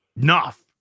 Enough